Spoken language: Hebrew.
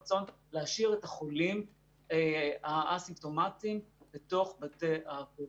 רצון להשאיר את החולים האסימפטומטיים בתוך בתי האבות.